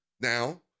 Now